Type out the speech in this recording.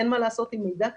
אין מה לעשות עם מידע כזה.